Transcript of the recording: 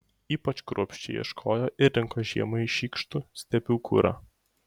ypač kruopščiai ieškojo ir rinko žiemai šykštų stepių kurą